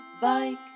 bike